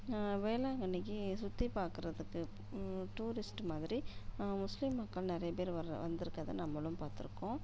வேளாங்கண்ணிக்கு சுற்றி பார்க்குறதுக்கு டூரிஸ்ட் மாதிரி முஸ்லீம் மக்கள் நிறைய பேர் வரு வந்துருக்கறதை நம்மளும் பார்த்துருக்கோம்